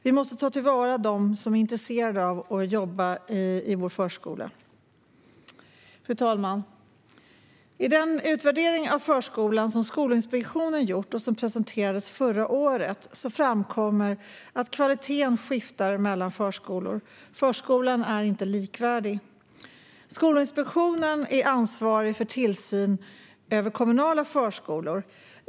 Vi måste ta till vara dem som är intresserade av att jobba i förskolan. Fru talman! I den utvärdering av förskolan som Skolinspektionen har gjort och som presenterades förra året framkommer att kvaliteten skiftar mellan förskolor. Förskolan är inte likvärdig. Skolinspektionen är ansvarig för tillsyn av kommunala förskolor.